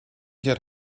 get